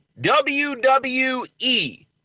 wwe